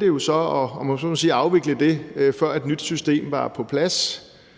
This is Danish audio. jo så valgte, om man så må sige, at afvikle, før et nyt system var på plads.